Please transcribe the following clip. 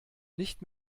nicht